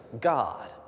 God